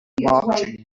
marching